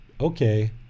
okay